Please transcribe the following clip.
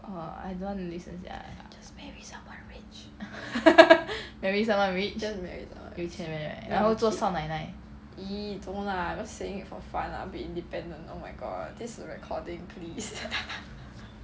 just maybe someone rich just marry someone rich !ee! don't lah just saying it for fun lah be independent oh my god this a recording please